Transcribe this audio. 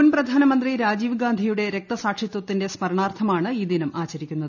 മുൻ പ്രധാനമന്ത്രി രാജീവ്ഗാന്ധിയുടെ രക്തസാക്ഷിത്വത്തിന്റെ സ്മരണാർത്ഥമാണ് ഈ ദിനം ആചരിക്കുന്നത്